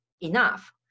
enough